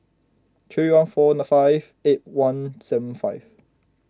three one four five eight one seven five